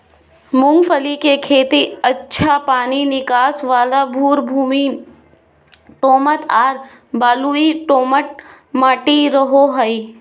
मूंगफली के खेती अच्छा पानी निकास वाला भुरभुरी दोमट आर बलुई दोमट मट्टी रहो हइ